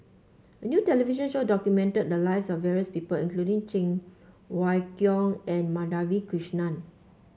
a new television show documented the lives of various people including Cheng Wai Keung and Madhavi Krishnan